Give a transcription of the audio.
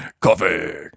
Coffee